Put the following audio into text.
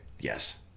Yes